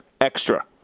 extra